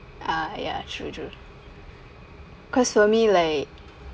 ah ya true true cause for me like